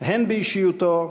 הן באישיותו,